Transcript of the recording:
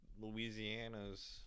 Louisiana's